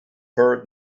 heard